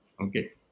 Okay